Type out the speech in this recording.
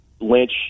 Lynch